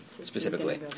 specifically